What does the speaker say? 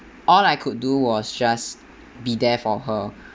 all I could do was just be there for her